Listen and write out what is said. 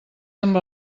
amb